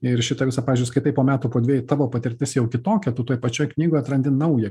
ir šitą visą pavyzdžiui skaitai po metų po dvejų tavo patirtis jau kitokia tu toj pačioj knygų atrandi naują